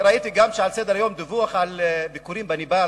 ראיתי שגם על סדר-היום יש דיווח על ביקורים בנפאל.